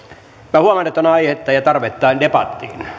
minä huomaan että on aihetta ja tarvetta debattiin